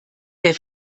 der